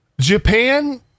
japan